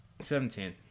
Seventeen